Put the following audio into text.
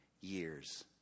years